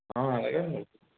అలాగే అండి